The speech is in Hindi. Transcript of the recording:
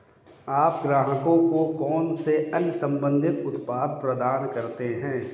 आप ग्राहकों को कौन से अन्य संबंधित उत्पाद प्रदान करते हैं?